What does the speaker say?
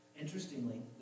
Interestingly